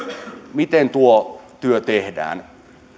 miten tuo työ tehdään